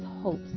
hopes